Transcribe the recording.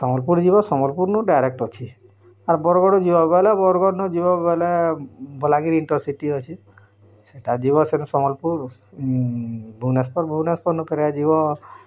ସମ୍ବଲପୁର୍ ଯିବ ସମ୍ବଲପୁର ନୁ ଡାଇରେକ୍ଟ୍ ଅଛି ଆର୍ ବରଗଡ଼ ଯିବାକୁ ବୋଇଲେ ବରଗଡ଼ ନ ଯିବାକୁ ବୋଇଲେ ବଲାଙ୍ଗୀରି୍ ଇନ୍ଟରସିଟି୍ ଅଛି ସେଇଟା ଯିବ ସେଇଟା ସମ୍ବଲପୁର୍ ଭୁବନେଶ୍ଵର୍ ଭୂବନେଶ୍ଵର୍ ରୁ ପୁଣି ଯିବ